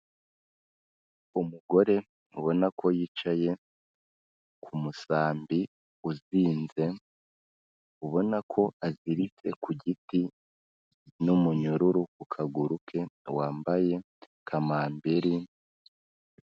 Umugore ubona ko yicaye kumusambi uzinze ubona ko aziritse kugiti n'umunyururu kukaguru ke wambaye kamambiri.